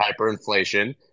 hyperinflation